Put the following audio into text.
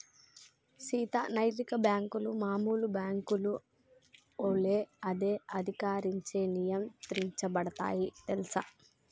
సీత నైతిక బాంకులు మామూలు బాంకుల ఒలే అదే అధికారంచే నియంత్రించబడుతాయి తెల్సా